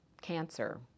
cancer